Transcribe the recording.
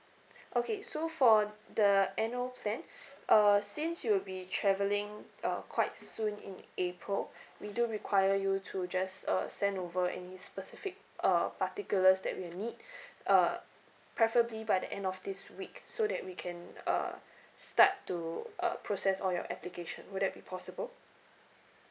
okay so for the annual plan uh since you'll be travelling uh quite soon in april we do require you to just uh send over any specific uh particulars that we'll need uh preferably by the end of this week so that we can uh start to uh process all your application would that be possible